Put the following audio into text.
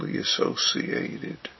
associated